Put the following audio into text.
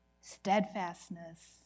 steadfastness